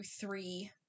three